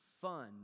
fun